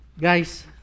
Guys